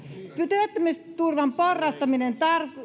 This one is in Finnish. työttömyysturvan porrastaminen